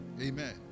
Amen